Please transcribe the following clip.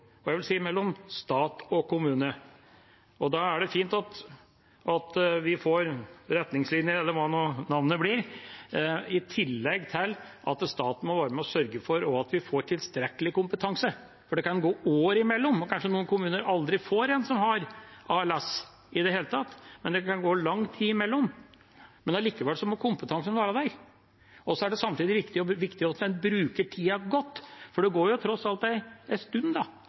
og jeg vil si mellom stat og kommune. Da er det fint at vi får retningslinjer, eller hva det skal hete, i tillegg til at staten må være med og sørge for at vi får tilstrekkelig kompetanse. I noen kommuner kan det gå lang tid, år, mellom hver gang en har pasienter som har ALS –noen kommuner får kanskje aldri en som har ALS i det hele tatt – men allikevel må kompetansen være der. Det er samtidig viktig at en bruker tida godt, for det går tross alt